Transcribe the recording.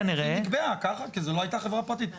היא נקבעה ככה כי זו לא הייתה חברה פרטית.